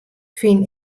fyn